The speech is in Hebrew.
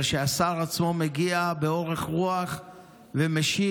אבל כשהשר עצמו מגיע באורך רוח ומשיב